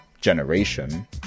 generation